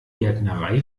gärtnerei